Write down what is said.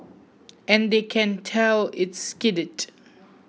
and they can tell is skidded